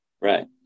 Right